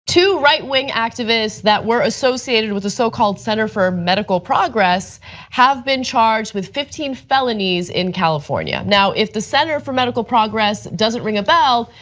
two right-wing activists that were associated with the so-called center for medical progress have been charged with fifteen felonies in california. now, if the center for medical progress does not ring a bell,